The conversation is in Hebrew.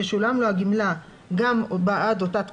תשולם לו הגמלה גם בעד אותה תקופה,